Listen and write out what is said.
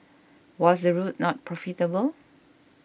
was the route not profitable